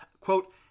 quote